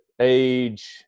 age